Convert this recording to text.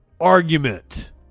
argument